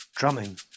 Drumming